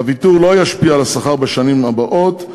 הוויתור לא ישפיע על השכר בשנים הבאות,